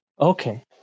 Okay